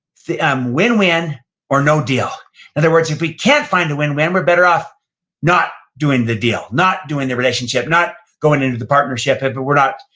um win-win or no deal. in other words, if we can't find a win-win, we're better off not doing the deal, not doing the relationship, not going into the partnership, if but we're not,